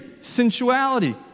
sensuality